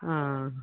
हा